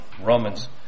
Romans